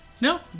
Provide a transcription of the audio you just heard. No